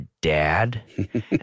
dad